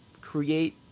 create